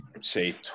say